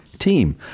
team